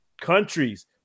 countries